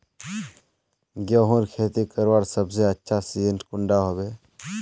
गेहूँर खेती करवार सबसे अच्छा सिजिन कुंडा होबे?